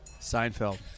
seinfeld